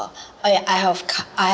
I I have c~ I have